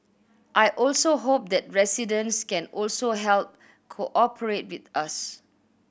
I also hope that residents can also help cooperate with us